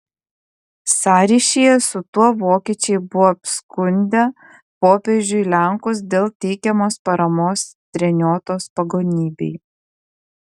sąryšyje su tuo vokiečiai buvo apskundę popiežiui lenkus dėl teikiamos paramos treniotos pagonybei